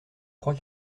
crois